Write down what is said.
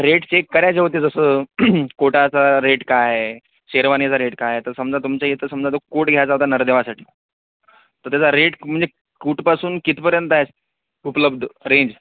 rate fix करायचे होते जसं कोटाचा रेट काय शेरवानीचा रेट काय तर समजा तुमच्या इथं समजा तो कोट घ्यायचा होता नवरदेवासाठी तर त्याचा रेट म्हणजे कुठपासून कितीपर्यंत आहेत उपलब्ध रेंज